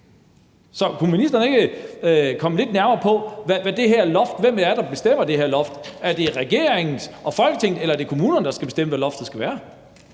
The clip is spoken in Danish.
Så kunne ministeren ikke komme lidt nærmere ind på, hvem det er, der bestemmer det her loft? Er det regeringen og Folketinget, eller er det kommunerne, der skal bestemme, hvad loftet skal være?